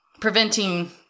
preventing